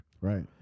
Right